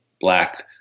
black